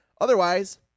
otherwise